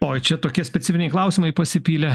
oi čia tokie specifiniai klausimai pasipylė